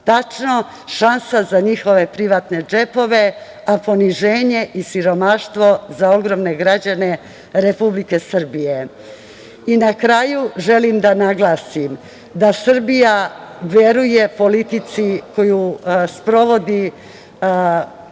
tačno šansa za njihove privatne džepove, a poniženje i siromaštvo za ogromne građane Republike Srbije. Na kraju, želim da naglasim, da Srbija veruje politici koju sprovodi SNS,